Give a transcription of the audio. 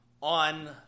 on